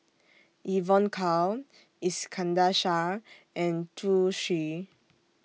Evon Kow Iskandar Shah and Zhu Xu